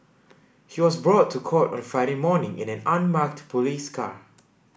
he was brought to court on Friday morning in an unmarked police car